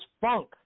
Funk